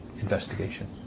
investigation